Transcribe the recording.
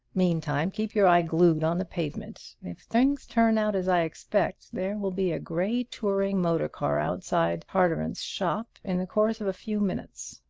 meantime keep your eye glued on the pavement. if things turn out as i expect there will be a gray touring motor car outside tarteran's shop in the course of a few minutes.